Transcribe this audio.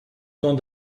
temps